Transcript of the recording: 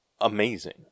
amazing